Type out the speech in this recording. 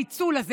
הפיצול הזה,